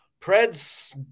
Pred's